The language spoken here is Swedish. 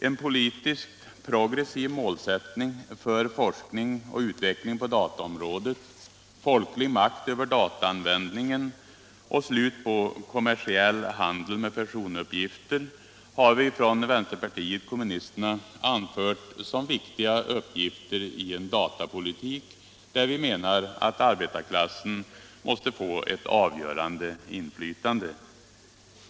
En politiskt progressiv målsättning för forskning och utveckling på dataområdet, folklig makt över dataanvändningen och slut på kommersiell handel med personuppgifter har vi från vänsterparitet kommunisterna anfört som viktiga uppgifter i en datapolitik, där vi menar att arbetarklassen måste få ett avgörande inflytande.